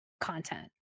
content